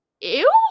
ew